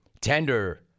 tender